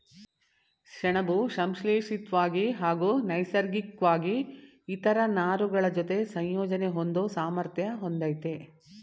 ಸೆಣಬು ಸಂಶ್ಲೇಷಿತ್ವಾಗಿ ಹಾಗೂ ನೈಸರ್ಗಿಕ್ವಾಗಿ ಇತರ ನಾರುಗಳಜೊತೆ ಸಂಯೋಜನೆ ಹೊಂದೋ ಸಾಮರ್ಥ್ಯ ಹೊಂದಯ್ತೆ